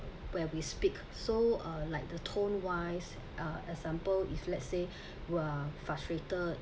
where we speak so uh like the tone wise uh example if let's say who are frustrated